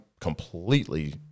completely